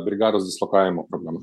brigados dislokavimo problema